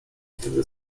wtedy